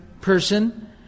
person